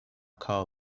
call